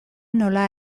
nola